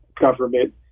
government